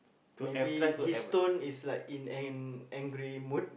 maybe his tone is like in an angry mood